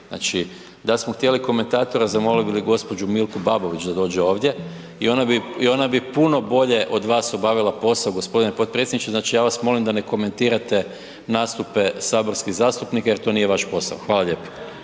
Znači, da smo htjeli komentatora zamolili bi gospođu Milku Babović da dođe ovdje i ona bi, i ona bi puno bolje od vas obavila posao g. potpredsjedniče. Znači, ja vas molim da ne komentirate nastupe saborskih zastupnika jer to nije vaš posao. Hvala lijepo.